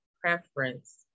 preference